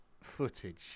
footage